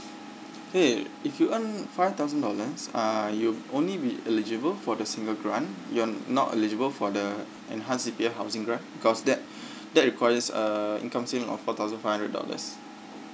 okay if you earn five thousand dollars uh you'll only be eligible for the single grant you're not eligible for the enhanced C_P_F housing grant because that that requires a income ceiling of four thousand five hundred dollars